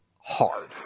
hard